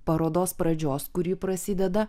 parodos pradžios kur ji prasideda